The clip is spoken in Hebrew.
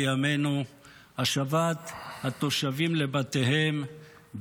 על שני הדברים האלה עזבנו את הממשלה